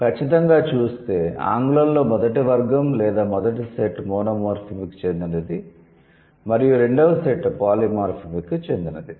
ఖచ్చితంగా చూస్తే ఆంగ్లంలో మొదటి వర్గం లేదా మొదటి సెట్ మోనోమోర్ఫెమిక్కు చెందినది మరియు రెండవ సెట్ పాలి మోర్ఫెమిక్కు చెందినది